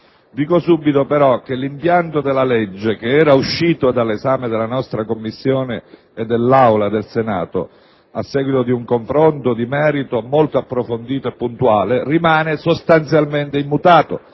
Dico subito, però, che l'impianto della legge che era uscito dall'esame della nostra Commissione e dell'Aula del Senato, a seguito di un confronto di merito molto approfondito e puntuale, rimane sostanzialmente immutato,